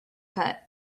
cut